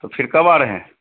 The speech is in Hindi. तो फिर कब आ रहे हैं